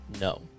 No